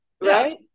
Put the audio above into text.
right